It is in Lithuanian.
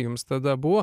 jums tada buvo